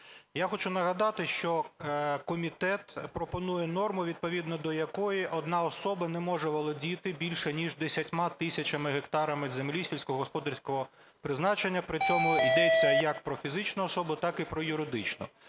Я хочу нагадати, що комітет пропонує норму, відповідно до якої одна особа не може володіти більше ніж 10 тисячами гектарами землі сільськогосподарського призначення, при цьому ідеться як про фізичну особу, так і про юридичну